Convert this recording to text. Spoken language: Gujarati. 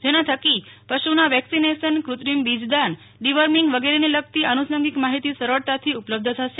જેના થકી પશુનાં વેકસીનેશન કૃત્રિમ બીજદાન ડિવર્મિંગ વગેરેને લગતી આનુસાંગિક માહિતી સરળતાથી ઉપલબ્ધ થશે